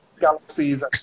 galaxies